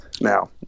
now